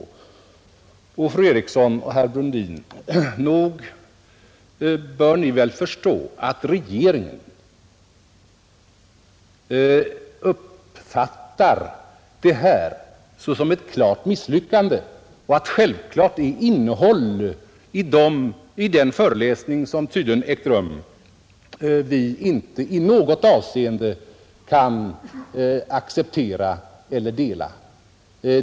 Nog bör fru Eriksson i Stockholm och herr Brundin förstå att regeringen uppfattat det inträffade såsom ett klart misslyckande och att vi självfallet inte i något avseende kan acceptera den föreläsning, som hölls vid tillfället i fråga.